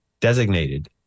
designated